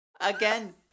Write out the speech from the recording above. again